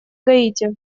гаити